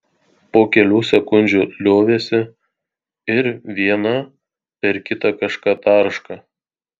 po kelių sekundžių liovėsi ir viena per kitą kažką tarška